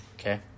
Okay